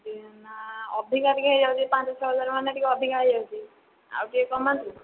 ନା ଅଧିକା ଟିକିଏ ହୋଇଯାଉଛି ପାଞ୍ଚ ଛଅ ହଜାର ମାନେ ଅଧିକା ଟିକିଏ ହୋଇଯାଉଛି ଆଉ ଟିକିଏ କମାନ୍ତୁ